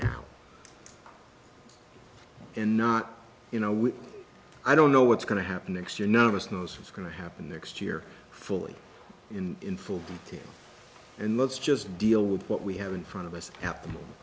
now and not you know i don't know what's going to happen next year none of us knows what's going to happen next year fully in in full detail and let's just deal with what we have in front of us cap